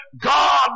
God